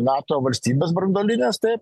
nato valstybes branduolines taip